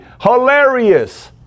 hilarious